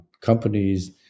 companies